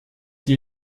dir